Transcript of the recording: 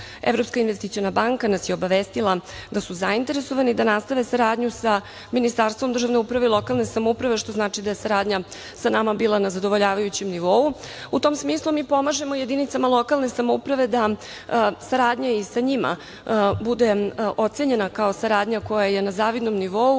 Evropska investiciona banka nas je obavestila da su zainteresovani da nastave saradnju sa Ministarstvom državne uprave i lokalne samouprave, što znači da je saradnja sa nama bila na zadovoljavajućem nivou.U tom smislu mi pomažemo jedinicama lokalne samouprave da saradnja i sa njima bude ocenjena kao saradnja koja je na zavidnom nivou,